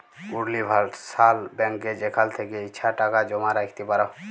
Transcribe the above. universal ব্যাংকে যেখাল থ্যাকে ইছা টাকা জমা রাইখতে পার